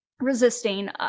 resisting